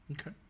Okay